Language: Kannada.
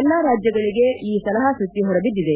ಎಲ್ಲಾ ರಾಜ್ಲಗಳಿಗೆ ಈ ಸಲಹಾಸೂಚಿ ಹೊರಬಿದ್ದಿದೆ